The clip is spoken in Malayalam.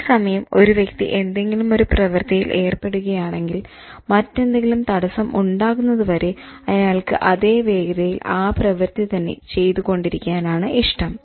അതെ സമയം ഒരു വ്യക്തി എന്തെങ്കിലും ഒരു പ്രവൃത്തിയിൽ ഏർപെടുകയാണെങ്കിൽ മറ്റെന്തെങ്കിലും തടസ്സം ഉണ്ടാകുന്നത് വരെ അയാൾക്ക് അതെ വേഗതയിൽ ആ പ്രവൃത്തി തന്നെ ചെയ്തു കൊണ്ടിരിക്കാനാണ് ഇഷ്ടം